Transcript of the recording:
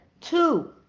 two